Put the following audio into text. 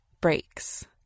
breaks